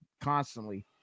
constantly